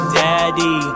daddy